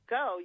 go